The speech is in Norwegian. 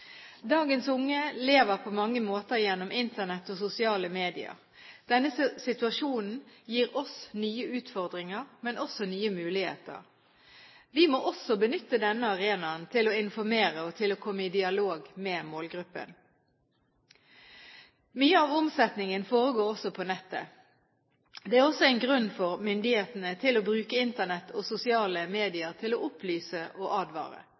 Dagens unge lever på mange måter gjennom Internett og sosiale medier. Denne situasjonen gir oss nye utfordringer, men også nye muligheter. Vi må også benytte denne arenaen til å informere og til å komme i dialog med målgruppen. Mye av omsetningen foregår også på nettet. Det er også en grunn for myndighetene til å bruke Internett og sosiale medier til å opplyse og advare.